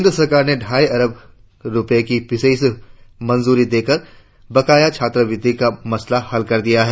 केंद्र सरकार ने ढाई अरब रुपये की विशेष मंजूरी देकर बकाया छात्रवृत्तियों का मसला हल कर दिया है